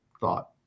thought